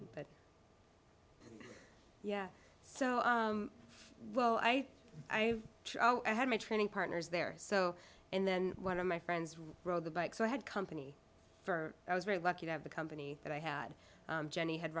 days yeah so well i i i had my training partners there so and then one of my friends rode the bike so i had company for i was very lucky to have the company that i had jenny had